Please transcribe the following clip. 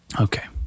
Okay